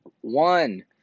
one